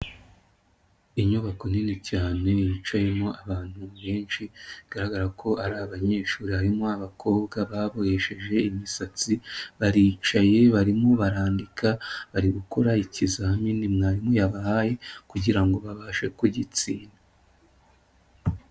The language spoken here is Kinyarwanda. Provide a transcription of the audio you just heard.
Inyubako nini cyane yicayemo abantu benshi bigaragara ko ari abanyeshuri harimo abakobwa babohesheje imisatsi baricaye barimo barandika bari gukora ikizamini mwarimu yabahaye kugirango ngo babashe kugitsinda.